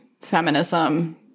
feminism